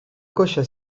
coixa